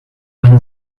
when